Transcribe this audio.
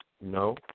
No